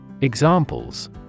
Examples